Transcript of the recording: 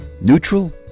Neutral